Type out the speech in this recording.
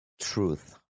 truth